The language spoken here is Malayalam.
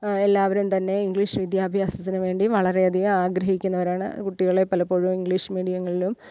എല്ലാവരും തന്നെ ഇംഗ്ലീഷ് വിദ്യാഭ്യാസത്തിനു വേണ്ടി വളരെയധികം ആഗ്രഹിക്കുന്നവരാണ് കുട്ടികളെ പലപ്പോഴും ഇംഗ്ലീഷ് മീഡിയങ്ങളിലും